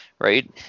right